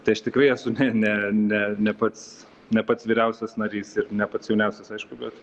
tai aš tikrai esu ne ne ne pats ne pats vyriausias narys ir ne pats jauniausias aišku bet